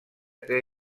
què